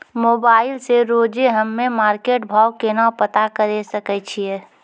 Mobile से रोजे हम्मे मार्केट भाव केना पता करे सकय छियै?